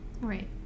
Right